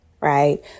right